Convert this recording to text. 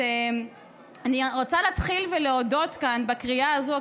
אני רוצה להתחיל ולהודות כאן בקריאה הזו,